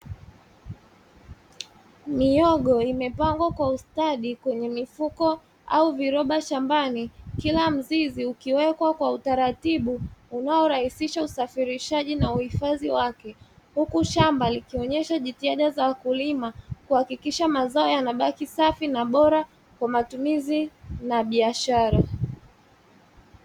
Mihogo imepangwa kwa ustadi kwenye mifuko au viroba shambani kila mzizi ukiwekwa kwa utaratibu, unaorahisisha usafirishaji na uhifadhi wake. Huku shamba likionyesha jitihada za kulima kuhakikisha mazao yanabaki safi na bora kwa matumizi na biashara.